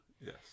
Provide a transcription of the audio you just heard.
Yes